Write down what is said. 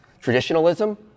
traditionalism